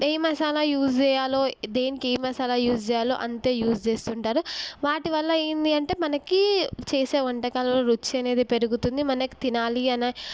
ఏ masala use చేయాలో దేనికి ఏ మసాలా యూస్ చేయాలో అంతే యూస్ చేస్తుంటారు వాటి వల్ల ఏందీ అంటే మనకి చేసే వంటకాలు రుచి అనేది పెరుగుతుంది మనకి తినాలి అనే